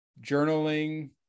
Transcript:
journaling